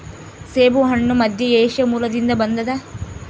ಸೇಬುಹಣ್ಣು ಮಧ್ಯಏಷ್ಯಾ ಮೂಲದಿಂದ ಬಂದದ